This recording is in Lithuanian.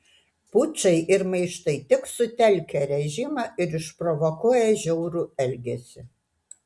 pučai ir maištai tik sutelkia režimą ir išprovokuoja žiaurų elgesį